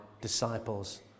disciples